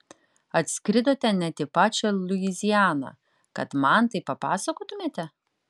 atskridote net į pačią luizianą kad man tai papasakotumėte